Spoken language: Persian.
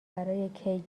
برای